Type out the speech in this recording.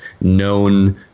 known